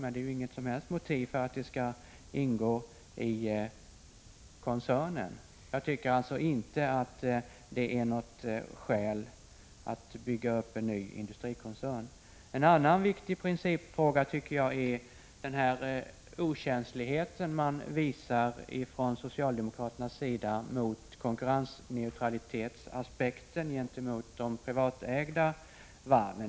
Men det är inget som helst motiv för att ingå i Svenska Varv-koncernen. Jag tycker alltså inte att det finns någon anledning att bygga upp en ny industrikoncern. En annan viktig principfråga gäller den okänslighet som socialdemokraterna visar beträffande konkurrensneutraliteten gentemot de privatägda varven.